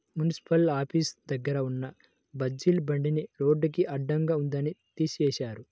municipal office దగ్గర ఉన్న బజ్జీల బండిని రోడ్డుకి అడ్డంగా ఉందని తీసేశారు